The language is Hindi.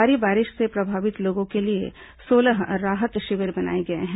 भारी बारिश से प्रभावित लोगों के लिए सोलह राहत शिविर बनाए गए हैं